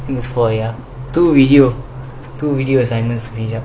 four ya two video two video assignments to finish up